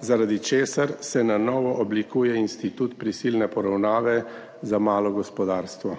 zaradi česar se na novo oblikuje institut prisilne poravnave za malo gospodarstvo.